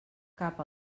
cap